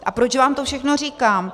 Ale proč vám to všechno říkám.